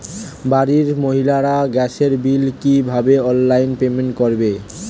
বাড়ির মহিলারা গ্যাসের বিল কি ভাবে অনলাইন পেমেন্ট করবে?